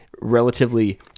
relatively